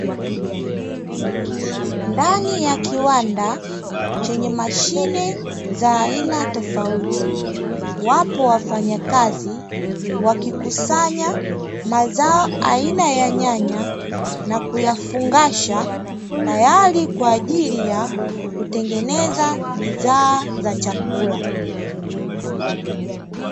Ndani ya kiwanda chenye mashine za aina tofauti, wapo wafanyakazi wakikusanya mazao aina ya nyanya, na kuyafungasha tayari kwa ajili ya kutengeneza bidhaa za chakula.